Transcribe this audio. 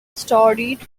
studied